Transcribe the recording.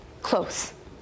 close